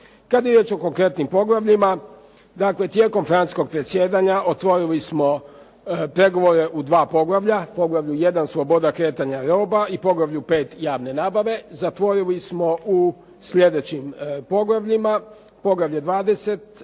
Kada je riječ o konkretnim poglavljima, dakle, tijekom francuskog predsjedanja otvorili smo pregovore u dva poglavlja. Poglavlju 1. "Sloboda kretanja roba" i Poglavlju 5. "Javne nabave". Zatvorili smo u sljedećim poglavljima: Poglavlje 20.